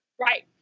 Right